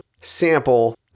sample